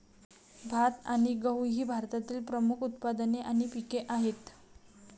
भात आणि गहू ही भारतातील प्रमुख उत्पादने आणि पिके आहेत